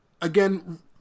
again